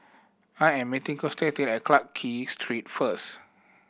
I am meeting Constantine at Clarke Street first